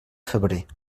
febrer